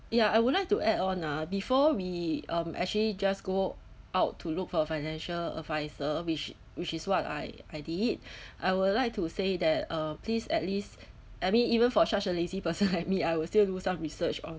ya I would like to add on ah before we um actually just go out to look for a financial advisor which which is what I I did it I would like to say that uh please at least I mean even for such a lazy person like me I will still do some research on